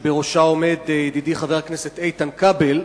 שבראשה עומד ידידי חבר הכנסת איתן כבל.